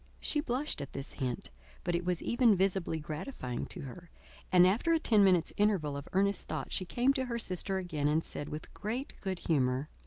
she blushed at this hint but it was even visibly gratifying to her and after a ten minutes' interval of earnest thought, she came to her sister again, and said with great good humour,